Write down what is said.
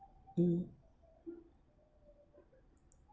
mm